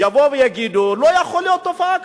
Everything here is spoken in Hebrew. שיבואו ויגידו: לא יכולה להיות תופעה כזאת.